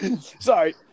Sorry